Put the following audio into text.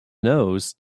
nose